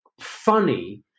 funny